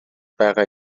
байгаа